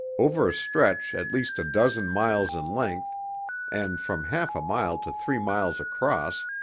over a stretch at least a dozen miles in length and from half a mile to three miles across,